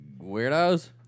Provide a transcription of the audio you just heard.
weirdos